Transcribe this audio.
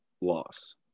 loss